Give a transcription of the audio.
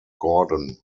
gordon